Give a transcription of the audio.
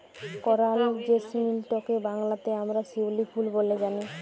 করাল জেসমিলটকে বাংলাতে আমরা শিউলি ফুল ব্যলে জানি